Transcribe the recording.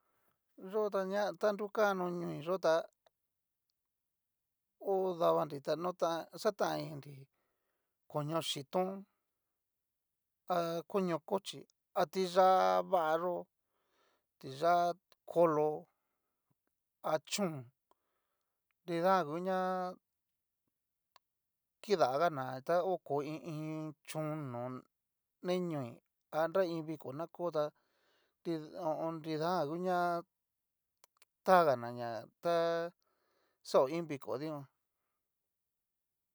Yo ta ña ta nrukano noi yó tá, ho danri ta nota xatan ininri, koño yitón a koño kochí tiyá vayó, tiyá kolo, achón nrida jan nguña, kidagana ta oko i iin chon no ni ñio a nra iin viko na kó tá nri ho o on. nridajan u'ña taganañá ta xao iin viko dikuan.